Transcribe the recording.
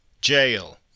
Jail